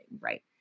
right